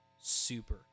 super